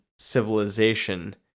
Civilization